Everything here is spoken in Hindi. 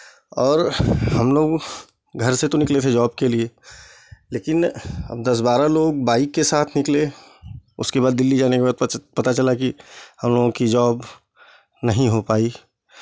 और हमलोग घर से तो निकले थे जॉब के लिए लेकिन अब दस बारह लोग बाइक के साथ निकले उसके बाद दिल्ली जाने के बाद पता चला कि हमलोगों की जॉब नहीं हो पाई